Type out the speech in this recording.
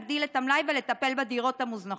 להגדיל את המלאי ולטפל בדירות המוזנחות.